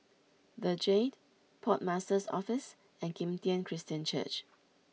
the Jade Port Master's Office and Kim Tian Christian Church